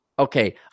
Okay